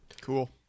cool